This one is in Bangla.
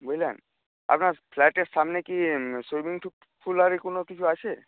বুঝলেন আপনার ফ্ল্যাটের সামনে কি সুইমিং পুল আরে কোনও কিছু আছে